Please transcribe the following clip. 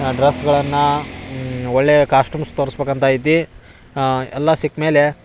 ಡ್ರೆಸ್ಗಳನ್ನ ಒಳ್ಳೆಯ ಕಾಸ್ಟೂಮ್ಸ್ ತೋರ್ಸ್ಬೇಕು ಅಂತ ಇದ್ದಿ ಎಲ್ಲ ಸಿಕ್ಮೇಲೆ